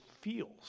feels